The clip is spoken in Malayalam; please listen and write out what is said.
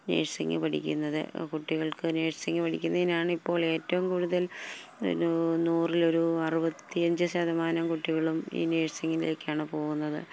നേഴ്സിങ് പഠിക്കുന്നത് കുട്ടികൾക്ക് നേഴ്സിങ് പഠിക്കുന്നതിനാണ് ഇപ്പോൾ ഏറ്റവും കൂടുതൽ നൂറിലൊരു അറുപത്തിയഞ്ച് ശതമാനം കുട്ടികളും ഈ നേഴ്സിങ്ങിലേക്കാണ് പോകുന്നത്